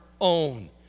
own